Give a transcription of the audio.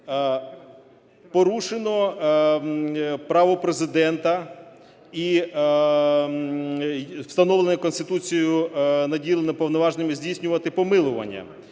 порушено право Президента, встановлене Конституцією, наділення повноваженнями здійснювати помилування.